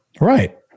right